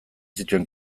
zituen